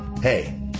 Hey